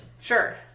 Sure